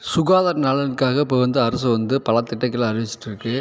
சுகாதார நலனுக்காக இப்போ வந்து அரசு வந்து பல திட்டங்களை அறிவிச்சுட்ருக்கு